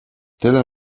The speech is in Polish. tyle